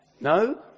No